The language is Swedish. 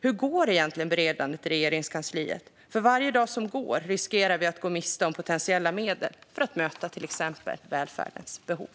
Hur går egentligen beredandet i Regeringskansliet? För varje dag som går riskerar vi att gå miste om potentiella medel för att möta till exempel välfärdens behov.